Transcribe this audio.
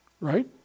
right